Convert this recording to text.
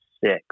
six